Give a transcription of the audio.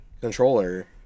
controller